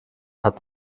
hat